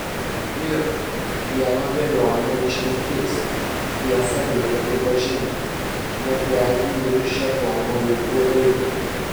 ir vieno velionio išmintis tiesą reikia pripažinti net jeigu ir iš šėtono lūpų eitų